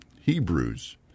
Hebrews